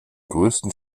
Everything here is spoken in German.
größten